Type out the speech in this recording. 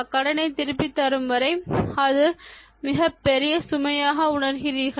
கடனை திருப்பித் தரும்வரை அது மிகப் பெரிய சுமையாக உணர்கிறீர்களா